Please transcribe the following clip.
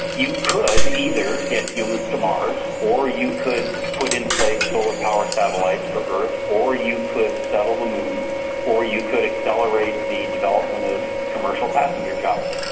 you could either get humans to mars or you could put in place solar power satellites for earth or you could settle the moon or you could accelerate the development of commercial passenger travel.